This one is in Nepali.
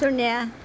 शून्य